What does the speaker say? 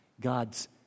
God's